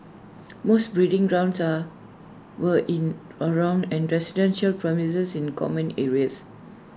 most breeding grounds are were in around and residential premises and common areas